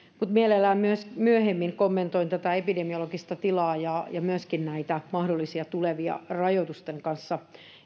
mutta mielelläni myöhemmin kommentoin myös epidemiologista tilaa ja ja myöskin mahdollisia tulevia rajoitusten kanssa